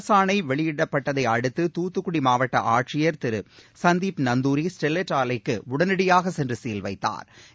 அரசாணை வெளியிடப்பட்டதை அடுத்து தூத்துக்குடி மாவட்ட ஆட்சியர் திரு சந்தீப் நந்தூரி ஸ்டெர்லைட் ஆலைக்கு உடனடியாகச் சென்று சீல் வைத்தாா்